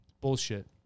Bullshit